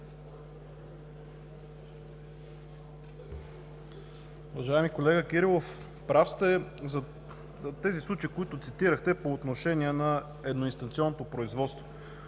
Уважаеми колега Кирилов, прав сте за тези случаи, които цитирахте по отношение на едноинстанционното производство.